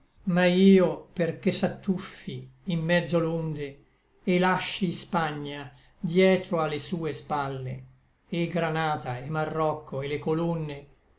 ma io perché s'attuffi in mezzo l'onde et lasci hispagna dietro a le sue spalle et granata et marroccho et le colonne